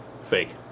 Fake